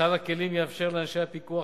סל הכלים יאפשר לאנשי הפיקוח,